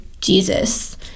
Jesus